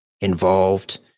involved